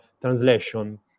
translation